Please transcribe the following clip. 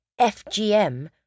FGM